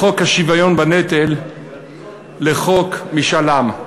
בין חוק השוויון בנטל לחוק משאל עם?